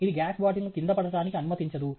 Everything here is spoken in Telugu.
ఇది గ్యాస్ బాటిల్ను కింద పడటానికి అనుమతించదు